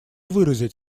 выразить